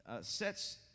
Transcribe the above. sets